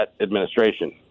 administration